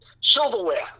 silverware